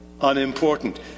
unimportant